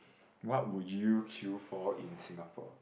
what would you queue for in Singapore